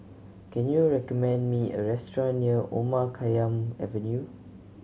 can you recommend me a restaurant near Omar Khayyam Avenue